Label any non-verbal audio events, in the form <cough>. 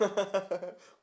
<laughs>